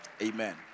Amen